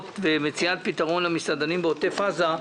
ומציאת פתרון למסעדנים בעוטף עזה,